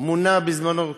מונה בזמנו,